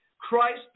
Christ